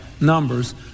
numbers